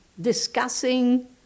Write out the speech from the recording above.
discussing